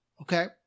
okay